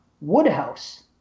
Woodhouse